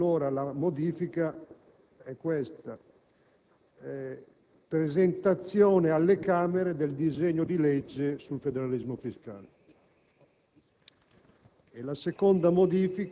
Dal momento che la proposta di risoluzione approva il Documento di programmazione economico-finanziaria ed impegna il Governo, ovviamente non può impegnare il Governo ad approvare